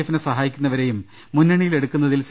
എഫിനെ സഹാ യിക്കുന്നവരെയും മുന്നണിയിൽ എടുക്കുന്നതിന് സി